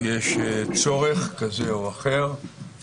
שיש צורך כזה או אחר,